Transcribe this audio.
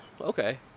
okay